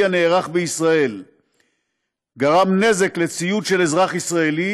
הנערך בישראל נזק לציוד של אזרח ישראל,